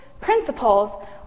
principles